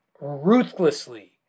ruthlessly